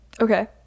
Okay